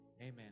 amen